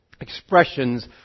expressions